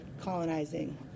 colonizing